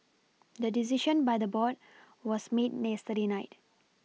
the decision by the board was made yesterday night